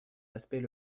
aspect